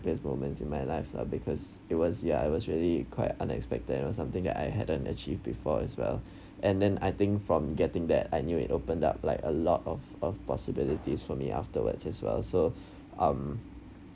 ~piest moments in my life lah because it was ya it was really quite unexpected you know something that I hadn't achieve before as well and then I think from getting that I knew it opened up like a lot of of possibilities for me afterwards as well so um